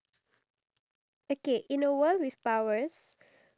one of the ideal life that you should live